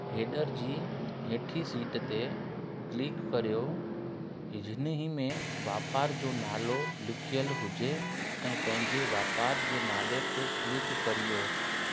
header जी हेठीं सिट ते क्लिक करियो जिन्हनि में वापार जो नालो लिखियल हुजे ऐं पंहिंजे वापार जे नाले ते क्लिक करियो